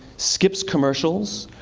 skips commercials,